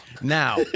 Now